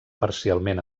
parcialment